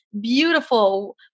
beautiful